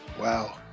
wow